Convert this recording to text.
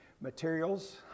materials